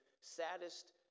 saddest